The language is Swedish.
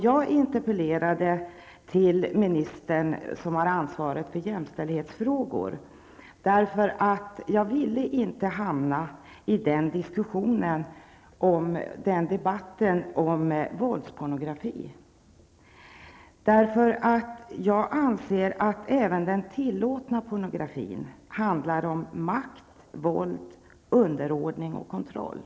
Jag interpellerade ministern som har ansvaret för jämställdhetsfrågor därför att jag inte ville hamna i debatten om våldspornografi. Jag anser att även den tillåtna pornografin handlar om makt, våld, underordning och kontroll.